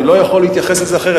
אני לא יכול להתייחס לזה אחרת.